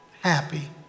happy